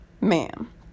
Ma'am